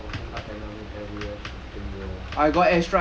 !aiyo! 我看到 enemy everywhere !aiyo!